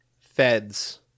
feds